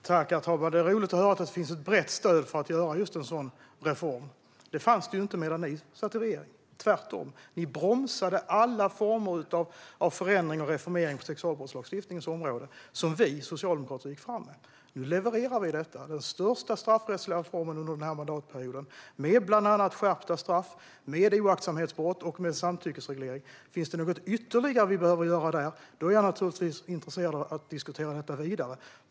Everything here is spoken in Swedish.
Herr talman! Det är roligt att höra att det finns ett brett stöd för att göra en sådan reform. Det fanns det inte medan ni satt i regeringen. Tvärtom bromsade ni alla former av förändring och reformering på sexualbrottslagstiftningens område, som vi socialdemokrater gick fram med. Nu levererar vi det som är den största straffrättsliga reformen under mandatperioden, med bland annat skärpta straff, oaktsamhetsbrott och samtyckesreglering. Om det finns något ytterligare vi behöver göra är jag naturligtvis intresserad av att diskutera det vidare.